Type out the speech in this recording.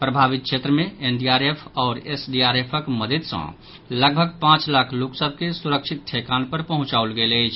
प्रभावित जिला मे एनडीआरएफ आओर एसडीआरएफक मददि सँ लगभग पांच लाख लोक सभ के सुरक्षित ठेकान पर पहुंचओल गेल अछि